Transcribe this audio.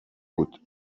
بود